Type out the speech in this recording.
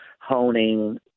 honing